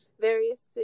various